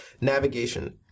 navigation